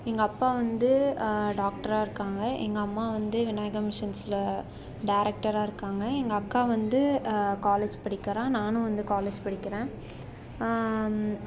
எங்கள் அப்பா வந்து டாக்டராக இருக்காங்க எங்கள் அம்மா வந்து விநாயகம் மிஷன்ஸ்ல டேரெக்ட்டராக இருக்காங்க எங்கள் அக்கா வந்து காலேஜ் படிக்கிறாள் நானும் வந்து காலேஜ் படிக்கிறேன்